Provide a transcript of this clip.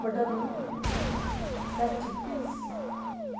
butter milk leg chickpeas